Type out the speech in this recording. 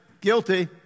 guilty